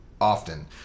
often